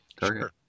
Target